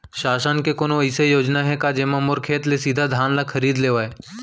शासन के कोनो अइसे योजना हे का, जेमा मोर खेत ले सीधा धान खरीद लेवय?